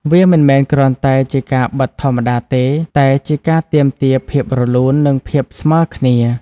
វាមិនមែនគ្រាន់តែជាការបិតធម្មតាទេ តែជាការទាមទារភាពរលូន និងភាពស្មើគ្នា។